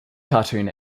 cartoon